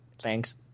Thanks